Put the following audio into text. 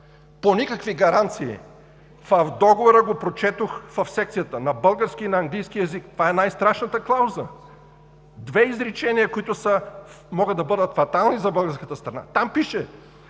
по никакви гаранции. В договора го прочетох, в секцията на български и на английски език. Това е най-страшната клауза – две изречения, които могат да бъдат фатални за българската страна. Там пише,